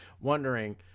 wondering